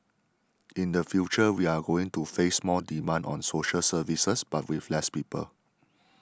in the future we are going to face more demand on social services but with less people